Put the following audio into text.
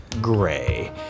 gray